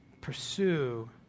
pursue